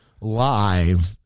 live